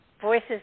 voices